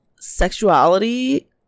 sexuality